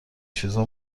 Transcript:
چیزا